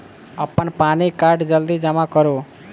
अप्पन पानि कार्ड जल्दी जमा करू?